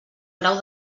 grau